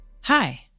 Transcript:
Hi